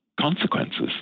consequences